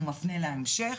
ומפנה להמשך,